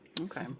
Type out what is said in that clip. Okay